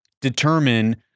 determine